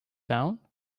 down